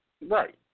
Right